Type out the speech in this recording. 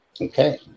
Okay